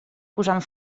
posant